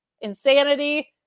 Insanity